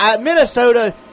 Minnesota